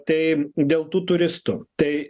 tai dėl tų turistų tai